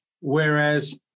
Whereas